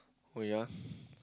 oh ya